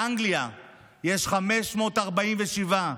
באנגליה יש 547,